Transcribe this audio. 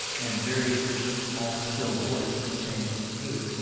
and very small, still voice saying, hey,